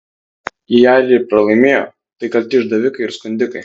jei airiai pralaimėjo tai kalti išdavikai ir skundikai